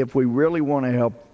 if we really want to help